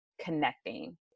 connecting